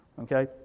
okay